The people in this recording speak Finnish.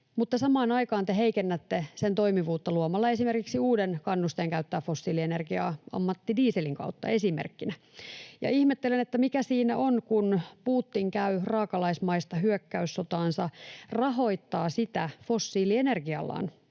samaan aikaan te heikennätte sen toimivuutta luomalla esimerkiksi uuden kannusteen käyttää fossiilienergiaa ammattidieselin kautta, näin esimerkkinä. Ja ihmettelen, mikä siinä on, että kun Putin käy raakalaismaista hyökkäyssotaansa ja rahoittaa sitä fossiilienergiallaan